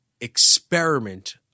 experiment